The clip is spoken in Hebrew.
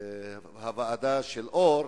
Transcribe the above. בדוח ועדת-אור?